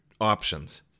options